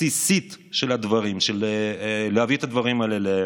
הבסיסית של להביא את הדברים האלה